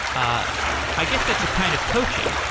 ah i guess that's a kind of coaching.